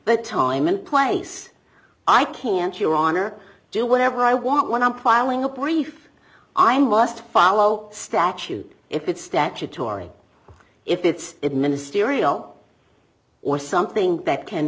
the time and place i can't your honor do whatever i want when i'm filing a brief i must follow statute if it's statutory if it's ministerial or something that can